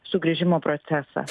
sugrįžimo procesą